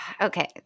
Okay